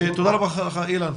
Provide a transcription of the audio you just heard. תודה רבה אילן.